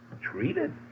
Treated